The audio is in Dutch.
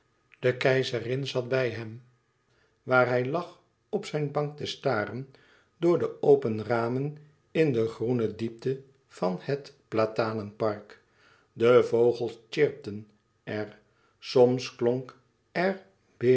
de keizerin zat bij hem waar hij lag op zijn bank te staren door de open ramen in de groene diepte van het platenenpark de vogels sjirpten er soms klonk